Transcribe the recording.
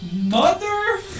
Mother